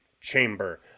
chamber